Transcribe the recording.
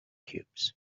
cubes